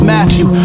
Matthew